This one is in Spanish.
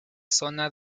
zona